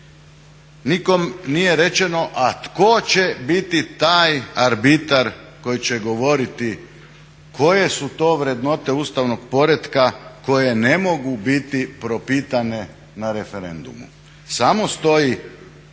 Nikom nije rečeno a tko će biti taj arbitar koji će govoriti koje su to vrednote ustavnog poretka koje ne mogu biti propitane na referendumu. Samo stoji